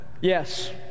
Yes